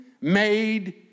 made